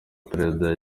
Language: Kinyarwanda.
perezida